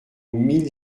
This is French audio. mille